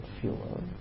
fuel